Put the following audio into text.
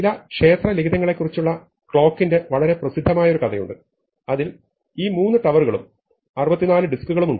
ചില ക്ഷേത്ര ലിഖിതങ്ങളെക്കുറിച്ചുള്ള ക്ലോക്കിന്റെ വളരെ പ്രസിദ്ധമായ ഒരു കഥയുണ്ട് അതിൽ ഈ മൂന്നു ടവറുകളും 64 ഡിസ്കുകളുമുണ്ട്